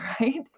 right